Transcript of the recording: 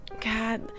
God